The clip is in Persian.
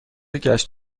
گشت